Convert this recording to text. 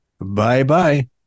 Bye-bye